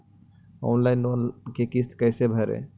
Online loan के किस्त कैसे भरे?